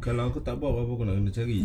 kalau aku tak buat buat apa aku nak cari